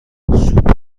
سوپ